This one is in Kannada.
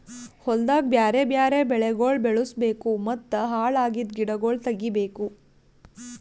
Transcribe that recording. ಹೊಲ್ದಾಗ್ ಬ್ಯಾರೆ ಬ್ಯಾರೆ ಬೆಳಿಗೊಳ್ ಬೆಳುಸ್ ಬೇಕೂ ಮತ್ತ ಹಾಳ್ ಅಗಿದ್ ಗಿಡಗೊಳ್ ತೆಗಿಬೇಕು